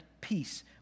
peace